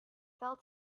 fell